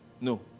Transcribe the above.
no